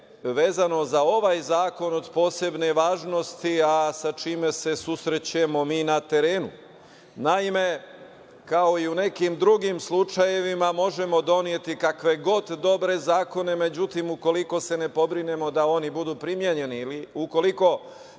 vezano za ovaj zakon od posebne važnosti, a sa čime se susrećemo mi na terenu. Naime, kao i u nekim drugim slučajevima možemo doneti kakve god dobre zakone, međutim, ukoliko se ne pobrinemo da oni budu primenjeni ili ukoliko